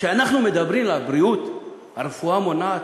כשאנחנו מדברים על בריאות, על רפואה מונעת,